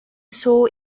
saw